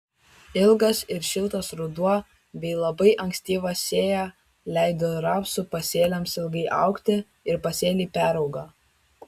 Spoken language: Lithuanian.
ilgas ir šiltas ruduo bei labai ankstyva sėja leido rapsų pasėliams ilgai augti ir pasėliai peraugo